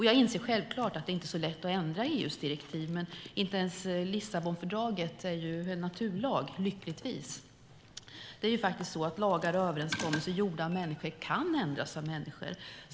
Jag inser självklart att det inte är så lätt att ändra EU:s direktiv, men lyckligtvis är inte ens Lissabonfördraget en naturlag. Lagar och överenskommelser gjorda av människor kan faktiskt ändras av människor.